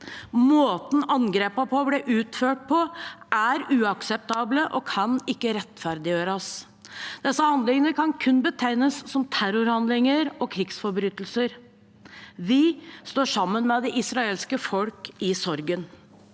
Måten angrepene ble utført på, er uakseptabel og kan ikke rettferdiggjøres. Disse handlingene kan kun betegnes som terrorhandlinger og krigsforbrytelser. Vi står sammen med det israelske folk i sorgen.